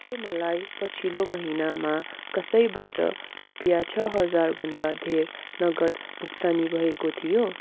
के मलाई पछिल्लो महिनामा कसैबाट रुपियाँ छ हजार भन्दा धेर नगद भुक्तानी भएको थियो